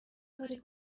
کاری